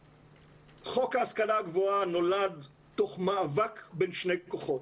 חוק ההשכלה הגבוהה נולד תוך מאבק בין שני כוחות,